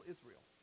Israel